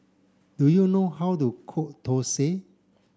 do you know how to cook Dosa